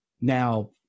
now